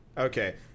Okay